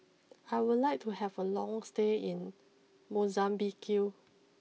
I would like to have a long stay in Mozambique